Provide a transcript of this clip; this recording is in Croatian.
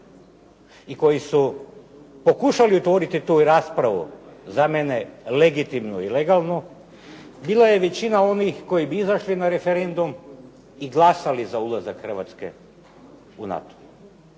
i koji su pokušali otvoriti tu raspravu, za mene legitimnu i legalnu, bila je većina onih koji bi izašli na referendum i glasali za ulazak Hrvatske u NATO.